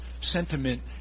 sentiment